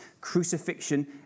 crucifixion